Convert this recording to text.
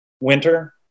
winter